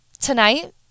Tonight